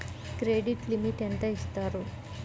Credit limit ఎంత ఇస్తారు?